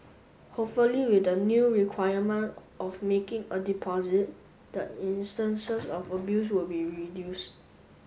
hopefully with the new requirement of making a deposit the instances of abuse will be reduced